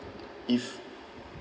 if